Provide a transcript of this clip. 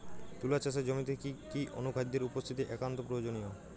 তুলা চাষের জমিতে কি কি অনুখাদ্যের উপস্থিতি একান্ত প্রয়োজনীয়?